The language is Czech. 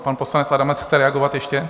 Pan poslanec Adamec chce reagovat ještě?